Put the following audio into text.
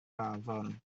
afon